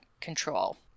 control